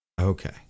Okay